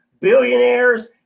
billionaires